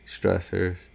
stressors